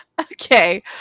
Okay